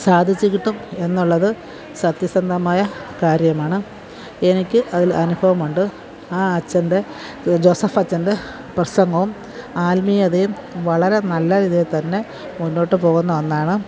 സാധിച്ചുകിട്ടും എന്നുള്ളത് സത്യസന്ധമായ കാര്യമാണ് എനിക്ക് അതിൽ അനുഭവമുണ്ട് ആ അച്ചൻ്റെ ജോസഫ് അച്ചൻ്റെ പ്രസംഗവും ആത്മീയതയും വളരെ നല്ലരീതിയില് തന്നെ മുന്നോട്ട് പോവുന്ന ഒന്നാണ്